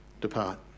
depart